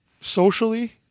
socially